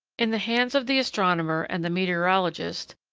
in the hands of the astronomer and the meteorologist,